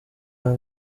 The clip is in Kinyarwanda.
aba